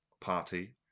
party